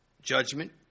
judgment